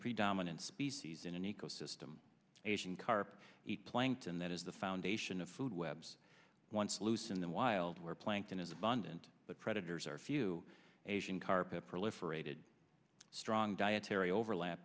predominant species in an ecosystem asian carp eat plankton that is the foundation of food webs once loose in the wild where plankton is abundant the predators are few asian carp proliferated strong dietary overlap